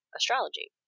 astrology